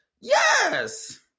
Yes